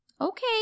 Okay